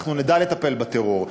ואנחנו נדע לטפל בטרור.